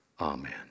Amen